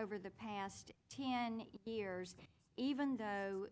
over the past two years even though